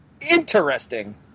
interesting